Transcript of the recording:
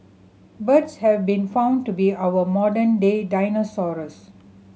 birds have been found to be our modern day dinosaurs